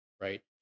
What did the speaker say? right